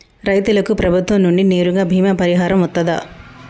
రైతులకు ప్రభుత్వం నుండి నేరుగా బీమా పరిహారం వత్తదా?